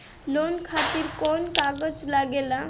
Loan खातिर कौन कागज लागेला?